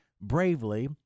bravely